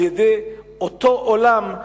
על-ידי אותו עולם,